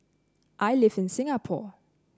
I live in Singapore